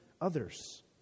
others